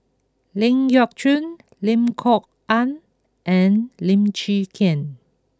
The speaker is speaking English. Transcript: Ling Geok Choon Lim Kok Ann and Lim Chwee Chian